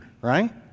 right